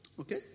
Okay